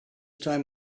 time